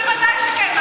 ודאי שכן.